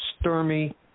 Stormy